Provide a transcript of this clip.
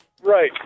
Right